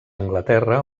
anglaterra